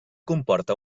comporta